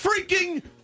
freaking